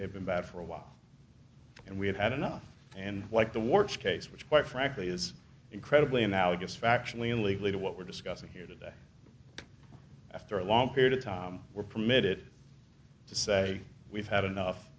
have been bad for a while and we have had enough and like the worst case which quite frankly is incredibly analogous factually and legally to what we're discussing here today after a long period of time we're permitted to say we've had enough